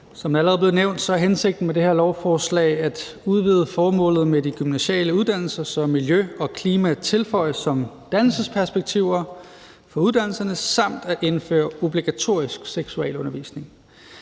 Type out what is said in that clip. det allerede er blevet nævnt, er hensigten med det her lovforslag at udvide formålet med de gymnasiale uddannelser, så miljø og klima tilføjes som dannelsesperspektiver på uddannelserne, samt at indføre obligatorisk seksualundervisning.